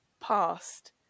past